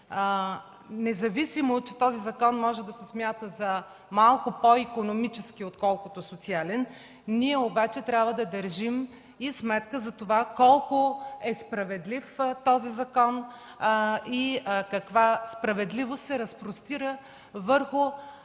Независимо, че този закон може да се смята за малко по-икономически, отколкото социален, трябва да държим сметка и за това колко е справедлив и каква справедливост се разпростира върху